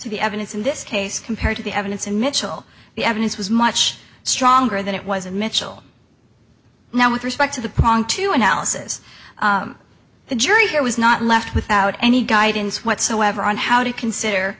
to the evidence in this case compared to the evidence and mitchell the evidence was much stronger than it was a mitchell now with respect to the prong to analysis the jury here was not left without any guidance whatsoever on how to consider